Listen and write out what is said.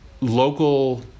local